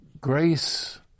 Grace